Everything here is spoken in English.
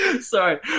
sorry